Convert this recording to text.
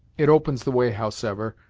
it opens the way, howsever,